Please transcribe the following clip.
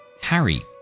harry